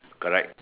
correct